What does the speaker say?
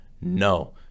no